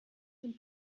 dem